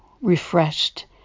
refreshed